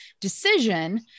decision